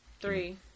Three